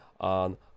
on